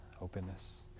openness